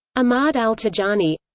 ahmad al-tijani